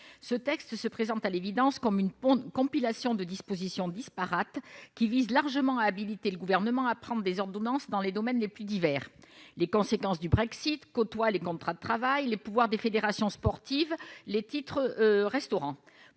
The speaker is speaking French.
Ce texte se présente à l'évidence comme une compilation de dispositions disparates, qui visent largement à habiliter le Gouvernement à prendre des ordonnances dans les domaines les plus divers. Les conséquences du Brexit côtoient les contrats de travail, et les pouvoirs des fédérations sportives les titres-restaurant,